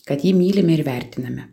kad jį mylime ir vertiname